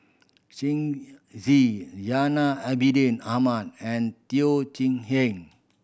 Shen Xi Zainal Abidin Ahmad and Teo Chee Hean